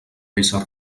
ésser